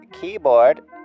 Keyboard